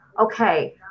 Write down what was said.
okay